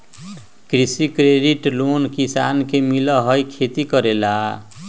कृषि credit loan किसान के मिलहई खेती करेला?